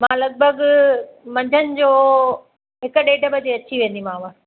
मां लॻभॻि मंझंदि जो हिकु ॾेढ बजे अची वेंदीमाव